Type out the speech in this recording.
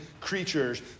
creatures